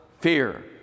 fear